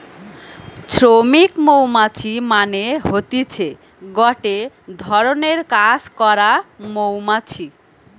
শ্রমিক মৌমাছি মানে হতিছে গটে ধরণের কাজ করা মৌমাছি